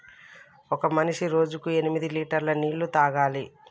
ఒక మనిషి రోజుకి ఎనిమిది లీటర్ల నీళ్లు తాగాలి